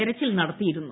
തെരച്ചിൽ നടത്തിയിരുന്നു